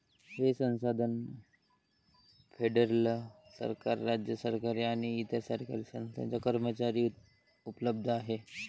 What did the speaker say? हे संसाधन फेडरल सरकार, राज्य सरकारे आणि इतर सरकारी संस्थांच्या कर्मचाऱ्यांसाठी उपलब्ध आहे